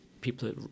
people